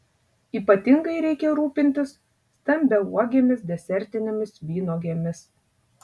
ypatingai reikia rūpintis stambiauogėmis desertinėmis vynuogėmis